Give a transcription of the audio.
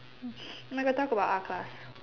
I'm gonna go talk about R class